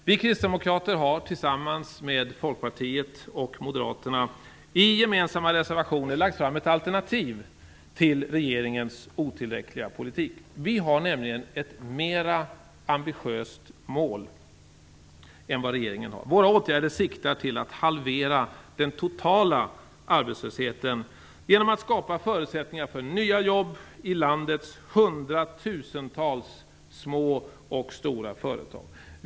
Vi kristdemokrater har tillsammans med Folkpartiet och Moderaterna i gemensamma reservationer lagt fram ett alternativ till regeringens otillräckliga politik. Vi har nämligen ett mer ambitiöst mål än vad regeringen har. Våra åtgärder siktar till att halvera den totala arbetslösheten genom att skapa förutsättningar för nya jobb i landets hundratusentals små och stora företag.